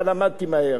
אבל למדתי מהר.